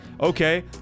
Okay